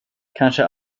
kanske